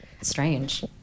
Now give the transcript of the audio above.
strange